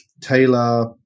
Taylor